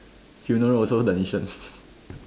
funeral also the nation